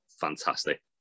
fantastic